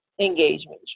engagement